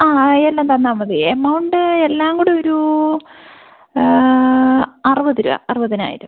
ആ ആ എല്ലാം തന്നാൽ മതി എമൗണ്ട് എല്ലാം കൂടെ ഒരു അറുപത് രൂപ അറുപതിനായിരം